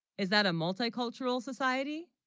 is that a multicultural society?